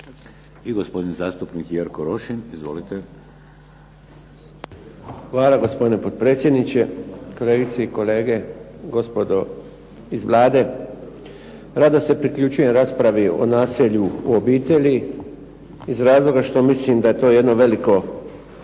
I gospodin zastupnik Jerko Rošin. Izvolite. **Rošin, Jerko (HDZ)** hvala. Gospodine potpredsjedniče, kolegice i kolege, gospodo iz Vlade. Rado se priključujem raspravi o nasilju u obitelji iz razloga što mislim da je to jedno veliko